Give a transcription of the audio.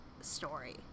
story